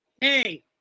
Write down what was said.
Hey